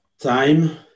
time